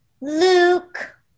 Luke